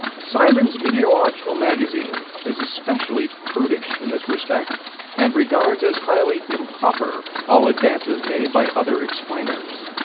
symons' meteorological magazine is especially prudish in this respect and regards as highly improper all advances made by other explainers.